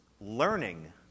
learning